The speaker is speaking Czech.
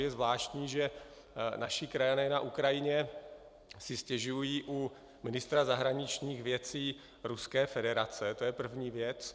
Je zvláštní, že naši krajané na Ukrajině si stěžují u ministra zahraničních věcí Ruské federace, to je první věc.